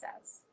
says